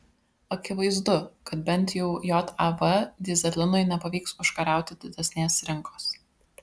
akivaizdu kad bent jau jav dyzelinui nepavyks užkariauti didesnės rinkos